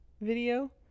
video